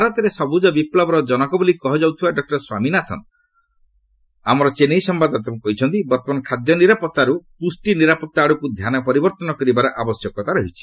ଭାରତରେ ସବୁଜ ବିପ୍ଳବର ଜନକ ବୋଲି କୁହାଯାଉଥିବା ଡକ୍କର ସ୍ୱାମୀନାଥନ୍ ଆମର ଚେନ୍ନାଇ ସମ୍ଭାଦଦାତାଙ୍କୁ କହିଛନ୍ତି ବର୍ତ୍ତମାନ ଖାଦ୍ୟ ନିରାପଭାରୁ ପୁଷ୍ଠି ନିରାପତ୍ତା ଆଡ଼କୁ ଧ୍ୟାନ ପରିବର୍ତ୍ତନ କରିବାର ଆବଶ୍ୟକତା ରହିଛି